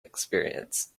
experience